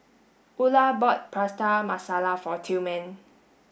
Ula bought Prata Masala for Tillman